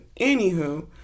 Anywho